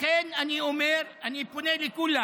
לכן אני פונה לכולם